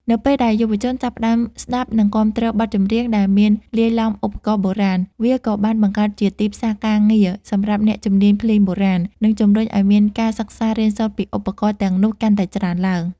នៅពេលដែលយុវជនចាប់ផ្តើមស្តាប់ និងគាំទ្របទចម្រៀងដែលមានលាយឡំឧបករណ៍បុរាណ វាក៏បានបង្កើតជាទីផ្សារការងារសម្រាប់អ្នកជំនាញភ្លេងបុរាណ និងជំរុញឱ្យមានការសិក្សារៀនសូត្រពីឧបករណ៍ទាំងនោះកាន់តែច្រើនឡើង។